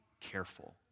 careful